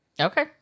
Okay